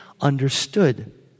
understood